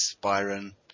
Byron